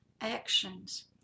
actions